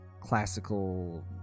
classical